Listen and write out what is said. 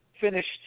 finished